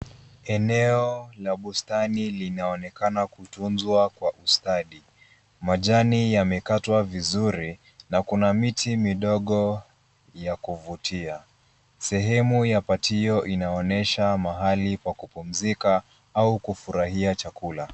Eneo la bustani linaonekana kutunzwa kwa ustadi. Majani yamekatwa vizuri na kuna miti midogo ya kuvutia. Sehemu ya patio inaonyesha mahali kwa kupumzika au kufurahia chakula.